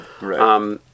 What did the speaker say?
Right